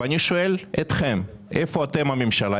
אני שואל אתכם: איפה אתם, הממשלה?